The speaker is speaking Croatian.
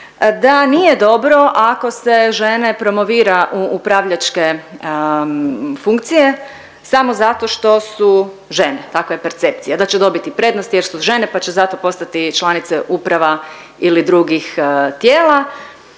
da nije dobro ako se žene promovira u upravljačke funkcije samo zato što su žene. Takva je percepcija da će dobiti prednost jer su žene pa će zato postati članice uprava ili drugih tijela,